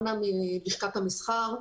אני מלשכת המסחר.